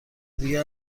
دیگه